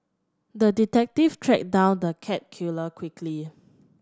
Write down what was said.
the detective tracked down the cat killer quickly